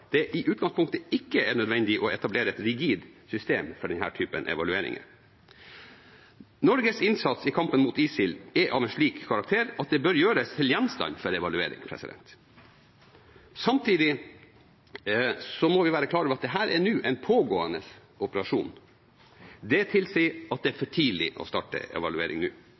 det i utgangspunktet ikke er nødvendig å etablere et rigid system for denne typen evalueringer. Norges innsats i kampen mot ISIL er av en slik karakter at den bør gjøres til gjenstand for evaluering. Samtidig må vi være klar over at dette er en pågående operasjon. Det tilsier at det er for tidlig å starte en evaluering nå.